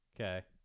Okay